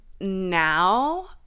now